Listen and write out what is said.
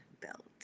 belt